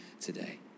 today